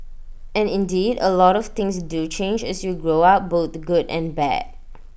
and indeed A lot of things do change as you grow up both good and bad